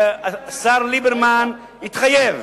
שהשר ליברמן התחייב,